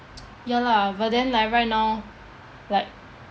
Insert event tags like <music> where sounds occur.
<noise> ya lah but then like right now like